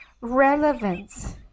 relevance